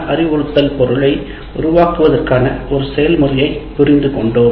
அறிவுறுத்தல் பொருளை உருவாக்குவதற்கான ஒரு செயல்முறையைப் புரிந்துகொண்டோம்